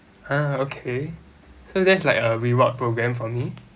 ha okay so that is like a reward programme for me